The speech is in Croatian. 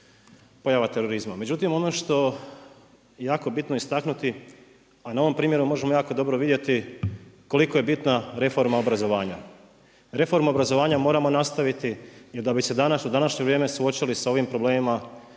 pojave terorizma. Međutim, ono što je jako bitno istaknuti, a na ovom primjeru možemo jako dobro vidjeti koliko je bitna reforma obrazovanja. Reforma obrazovanja moramo nastaviti, jer da bi se u današnje vrijeme suočili s ovim problemima,